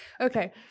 Okay